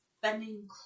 bending